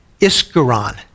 Iskaron